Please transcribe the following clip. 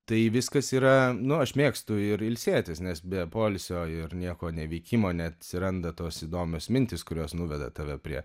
tai viskas yra nu aš mėgstu ir ilsėtis nes be poilsio ir nieko neveikimo neatsiranda tos įdomios mintys kurios nuveda tave prie